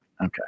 Okay